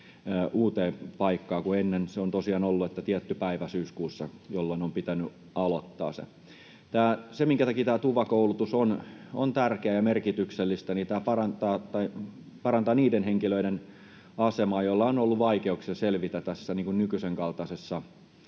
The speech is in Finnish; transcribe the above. uuteen paikkaan, kun ennen on tosiaan ollut niin, että on ollut tietty päivä syyskuussa, jolloin on pitänyt aloittaa se. Se, minkä takia tämä TUVA-koulutus on tärkeää ja merkityksellistä, on se, että tämä parantaa niiden henkilöiden asemaa, joilla on ollut vaikeuksia selvitä nykyisen kaltaisessa